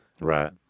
Right